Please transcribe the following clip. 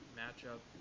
matchup